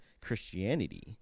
Christianity